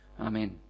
Amen